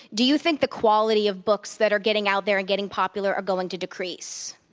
do you think the quality of books that are getting out there and getting popular are going to decrease?